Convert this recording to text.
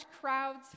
crowds